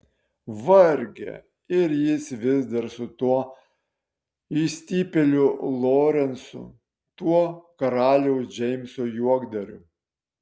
varge ir jis vis dar su tuo išstypėliu lorencu tuo karaliaus džeimso juokdariu